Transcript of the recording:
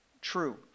true